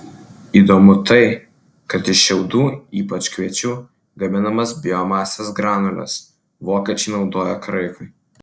įdomu tai kad iš šiaudų ypač kviečių gaminamas biomasės granules vokiečiai naudoja kraikui